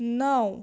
نَو